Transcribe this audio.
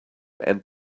end